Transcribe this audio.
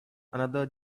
another